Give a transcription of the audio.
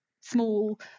small